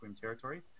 territory